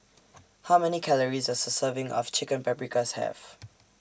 How Many Calories Does A Serving of Chicken Paprikas Have